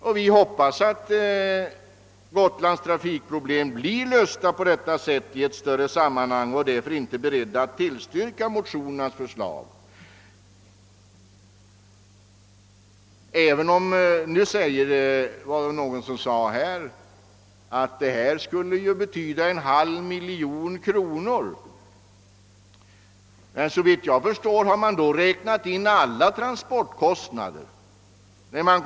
Vi får hoppas att Gotlands trafikproblem på detta sätt skall bli lösta i ett större sammanhang, och utskottet har därför inte varit berett att tillstyrka motionerna. Det var någon som sade att det här skulle vara fråga om en kostnad på en halv miljon kronor. Såvitt jag förstår har man då räknat in alla transportkostnader.